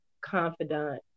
confidant